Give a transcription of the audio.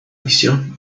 edición